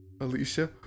Alicia